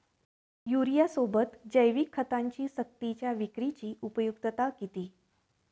युरियासोबत जैविक खतांची सक्तीच्या विक्रीची उपयुक्तता किती?